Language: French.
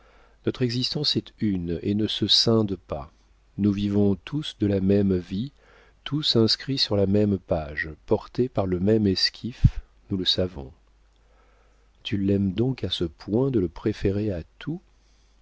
notre existence est une et ne se scinde pas nous vivons tous de la même vie tous inscrits sur la même page portés par le même esquif nous le savons tu l'aimes donc à ce point de le préférer à tout